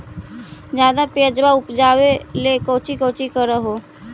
ज्यादा प्यजबा उपजाबे ले कौची कौची कर हो?